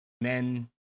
men